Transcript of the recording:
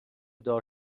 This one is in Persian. دار